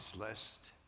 lest